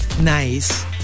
nice